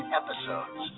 episodes